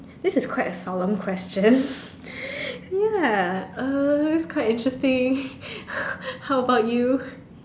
this is quite a solemn question ya uh it's quite interesting how about you